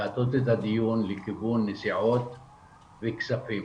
להטות את הדיון לכיוון נסיעות וכספים.